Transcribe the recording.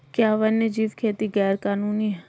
क्या वन्यजीव खेती गैर कानूनी है?